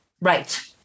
right